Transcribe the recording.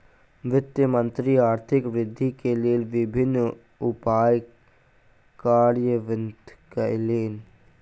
वित्त मंत्री आर्थिक वृद्धि के लेल विभिन्न उपाय कार्यान्वित कयलैन